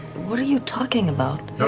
what are you talking about?